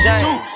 James